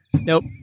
Nope